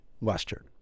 western